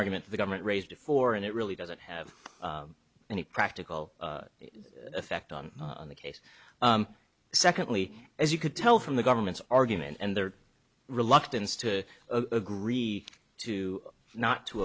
argument the government raised before and it really doesn't have any practical effect on on the case secondly as you could tell from the government's argument and their reluctance to agree to not to